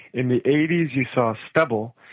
in the eighty s you saw stubble,